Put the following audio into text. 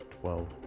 twelve